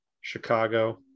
chicago